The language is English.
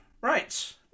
Right